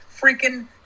freaking